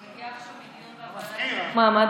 אני מגיעה עכשיו מדיון בוועדה לחיזוק מעמד